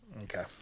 Okay